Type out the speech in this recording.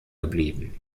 geblieben